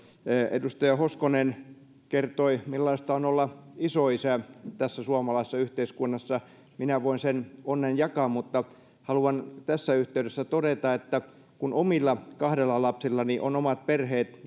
edustaja hoskonen kertoi millaista on olla isoisä tässä suomalaisessa yhteiskunnassa minä voin sen onnen jakaa mutta haluan tässä yhteydessä todeta että kun kahdella omalla lapsellani on omat perheet